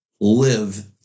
live